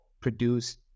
produce